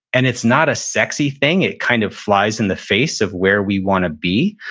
and it's not a sexy thing. it kind of flies in the face of where we want to be,